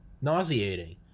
nauseating